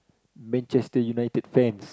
Manchester-United fans